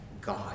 God